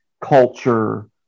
culture